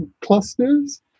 clusters